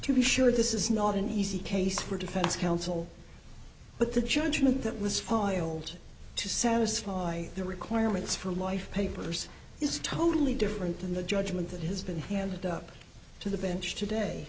to be sure this is not an easy case for defense counsel but the judgment that was filed to satisfy the requirements for life papers is totally different than the judgment that has been handed up to the bench today